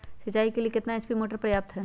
सिंचाई के लिए कितना एच.पी मोटर पर्याप्त है?